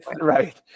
right